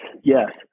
yes